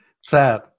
Sad